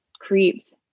creeps